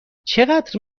چقدر